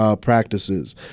practices